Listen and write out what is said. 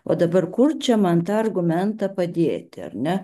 o dabar kur čia man tą argumentą padėti ar ne